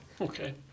Okay